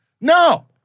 No